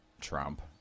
Trump